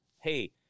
hey